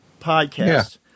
podcast